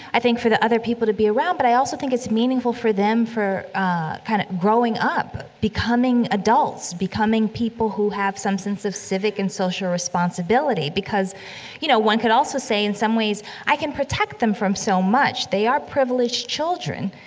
i think, for the other people to be around, but i also think it's meaningful for them for, um, kind of growing up, becoming adults, becoming people who have some sense of civic and social responsibility, because you know one could also say in some ways i can protect them from so much, they are privileged children.